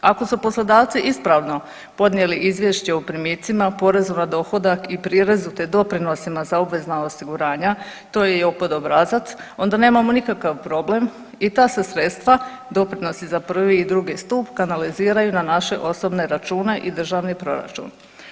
Ako su poslodavci ispravno podnijeli izvješće o primicima, porezu na dohodak i prirezu, te doprinosima za obvezna osiguranja, to je JOPPD obrazac, onda nemamo nikakav problem i ta se sredstva, doprinosi za prvi i drugi stup kanaliziraju na naše osobne račune i državni proračun.